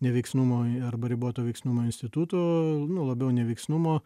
neveiksnumo arba riboto veiksnumo instituto nu labiau neveiksnumo